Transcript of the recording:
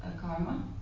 karma